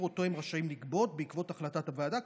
שאותו הם רשאים לגבות בעקבות החלטת הוועדה,